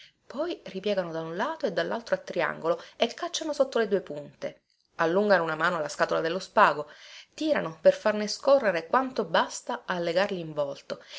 poi ripiegano da un lato e dallaltro a triangolo e cacciano sotto le due punte allungano una mano alla scatola dello spago tirano per farne scorrere quanto basta a legar linvolto